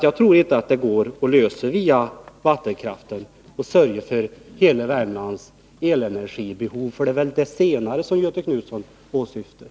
Jag tror nämligen inte att man via vattenkraften kan sörja för hela Värmlands elenergibehov. Det är väl det som Göthe Knutson åsyftar.